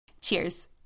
Cheers